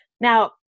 now